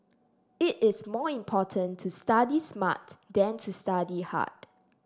it is more important to study smart than to study hard